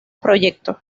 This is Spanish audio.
proyecto